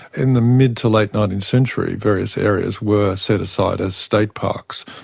in the mid to late nineteenth century various areas were set aside as state parks,